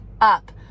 up